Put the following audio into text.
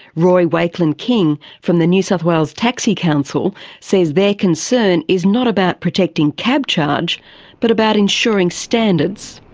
roy wakelin-king from the new south wales taxi council says their concern is not about protecting cabcharge but about ensuring standards.